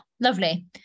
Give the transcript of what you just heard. Lovely